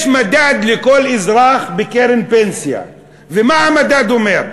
יש מדד לכל אזרח בקרן פנסיה, ומה המדד אומר?